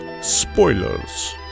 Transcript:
spoilers